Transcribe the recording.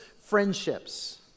Friendships